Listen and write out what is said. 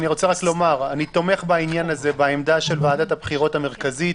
אני תומך בעניין הזה בעמדה של ועדת הבחירות המרכזית.